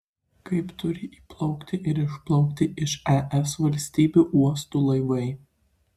kaip turi įplaukti ir išplaukti iš es valstybių uostų laivai